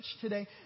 today